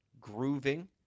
grooving